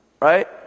right